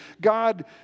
God